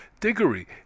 Diggory